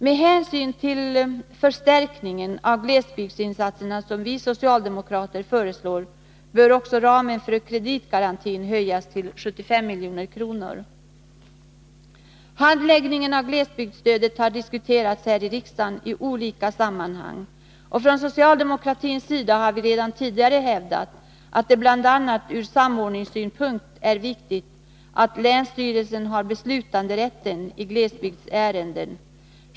Med hänsyn till den förstärkning av glesbygdsinsatserna som vi socialdemokrater föreslår, bör också ramen för kreditgarantin höjas till 75 milj.kr. Handläggningen av glesbygdsstödet har diskuterats här i riksdagen i olika sammanhang, och från socialdemokratins sida har vi redan tidigare hävdat att det bl.a. ur samordningssynpunkt är viktigt att länsstyrelsen har beslutanderätten i glesbygdsärenden.